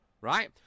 right